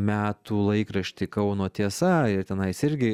metų laikraštį kauno tiesa ir tenais irgi